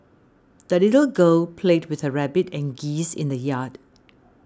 the little girl played with her rabbit and geese in the yard